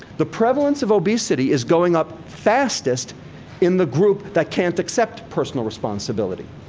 the prevalence of obesity is going up fastest in the group that can't accept personal responsibility,